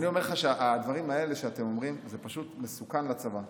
אני אומר לך שהדברים האלה שאתם אומרים זה פשוט מסוכן לצבא.